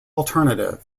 alternative